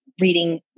reading